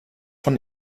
von